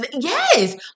Yes